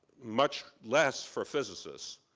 much less for physicists.